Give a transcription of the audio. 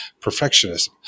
Perfectionism